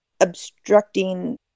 obstructing